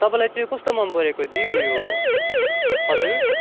तपाईँलाई चाहिँ कस्तो मन परेको दी उयो हजुर